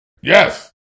Yes